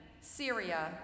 Syria